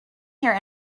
here